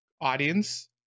audience